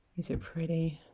these are pretty